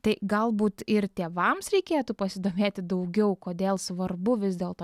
tai galbūt ir tėvams reikėtų pasidomėti daugiau kodėl svarbu vis dėl to